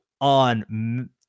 on